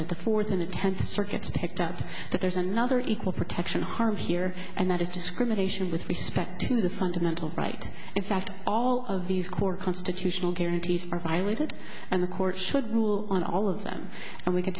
that the four than a tenth circuit picked up that there's another equal protection harm here and that is discrimination with respect to the fundamental right in fact all of these core constitutional gay these are violated and the court should rule on all of them and we can